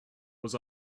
was